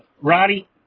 Roddy